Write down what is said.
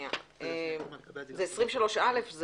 זה מינימום.